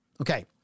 Okay